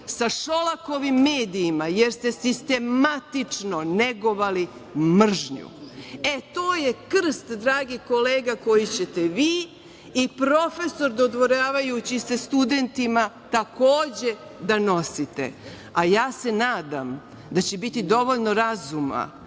sa Šolakovim medijima, jer ste sistematično negovali mržnju. E, to je krst, dragi kolega, koji ćete vi i profesor, dodvoravajući se studentima, takođe da nosite. Ja se nadam da će biti dovoljno razuma,